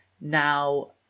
now